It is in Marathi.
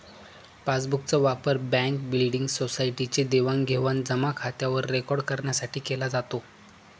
पासबुक चा वापर बँक, बिल्डींग, सोसायटी चे देवाणघेवाण जमा खात्यावर रेकॉर्ड करण्यासाठी केला जातो